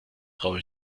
traue